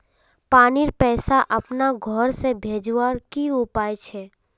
पानीर पैसा अपना घोर से भेजवार की उपाय छे?